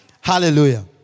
Hallelujah